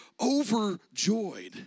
overjoyed